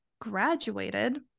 graduated